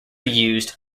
used